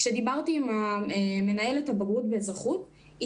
כשדיברתי עם מנהלת הבגרות באזרחות היא